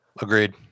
Agreed